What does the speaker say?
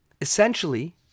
Essentially